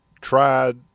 tried